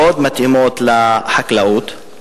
מאוד מתאימות לחקלאות,